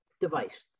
device